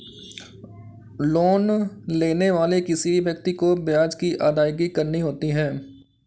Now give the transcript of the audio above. loan लेने वाले किसी भी व्यक्ति को ब्याज की अदायगी करनी होती है